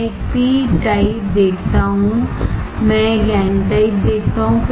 मैं एक पी प्रकार देखता हूं मैं एक एन प्रकार देखता हूं